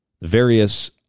various